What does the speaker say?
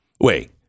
Wait